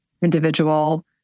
individual